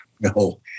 No